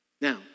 Now